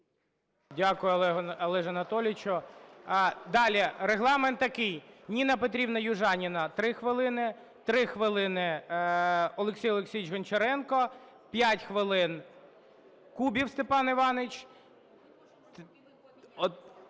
Дякую, Олеже Анатолійовичу. Далі регламент такий: Ніна Петрівна Южаніна - 3 хвилини, 3 хвилини Олексій Олексійович Гончаренко, 5 хвилин Кубів Степанович